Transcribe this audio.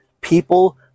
people